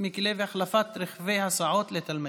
מיקי לוי: החלפת רכבי הסעות לתלמידים.